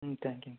ம் தேங்க்யூங்க